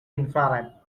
infrared